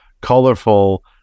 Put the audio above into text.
colorful